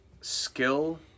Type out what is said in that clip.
skill